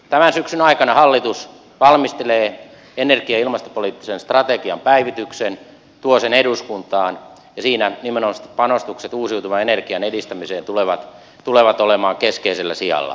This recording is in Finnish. tämän syksyn aikana hallitus valmistelee energia ja ilmastopoliittisen strategian päivityksen tuo sen eduskuntaan ja siinä nimenomaisesti panostukset uusiutuvan energian edistämiseen tulevat olemaan keskeisellä sijalla